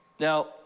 Now